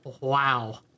wow